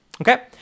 Okay